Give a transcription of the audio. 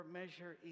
measure